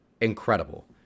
incredible